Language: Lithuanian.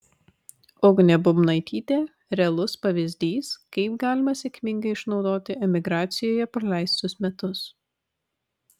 ugnė bubnaitytė realus pavyzdys kaip galima sėkmingai išnaudoti emigracijoje praleistus metus